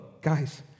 guys